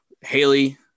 Haley